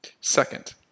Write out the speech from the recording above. Second